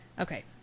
okay